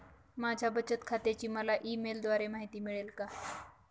माझ्या बचत खात्याची मला ई मेलद्वारे माहिती मिळेल का?